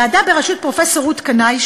ועדה בראשות פרופסור רות קנאי,